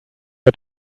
her